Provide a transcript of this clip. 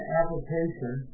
application